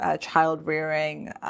child-rearing